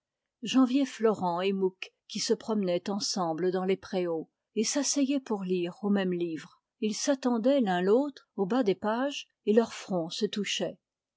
florent et mouque qui se promenaient ensemble dans les préaux et s'asseyaient pour lire au même livre ils s'attendaient l'un l'autre au bas des pages et leurs fronts se touchaient